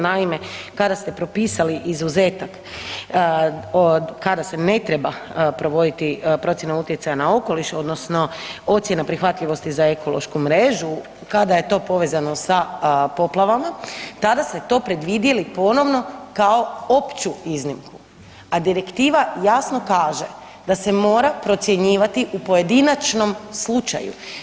Naime, kada ste propisali izuzetak kada se ne treba provoditi procjena utjecaja na okoliš odnosno ocjena prihvatljivosti za ekološku mrežu, kada je to povezano sa poplavama tada ste to predvidjeli ponovno kao opću iznimku, a direktiva jasno kaže da se mora procjenjivati u pojedinačnom slučaju.